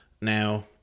Now